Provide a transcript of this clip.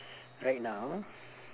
right now